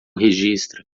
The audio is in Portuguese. registra